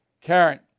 Karen